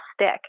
stick